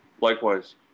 Likewise